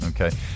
Okay